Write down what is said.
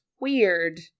weird